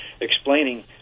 explaining